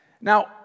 Now